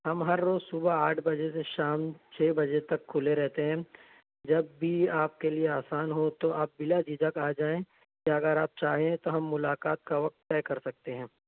ہم ہر روز صبح آٹھ بجے سے شام چھ بجے تک کھلے رہتے ہیں جب بھی آپ کے لئے آسان ہو تو آپ بلا جھجھک آ جائیں یا اگر آپ چاہیں تو ہم ملاقات کا وقت طے کر سکتے ہیں